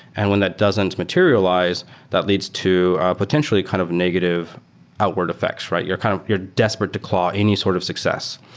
and when that doesn't materialize that leads to a potentially kind of negative outward effects. you're kind of you're desperately to claw any sort of success.